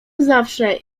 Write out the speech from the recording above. zawsze